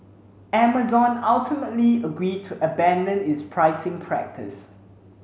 Amazon ultimately agreed to abandon its pricing practice